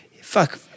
fuck